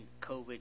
COVID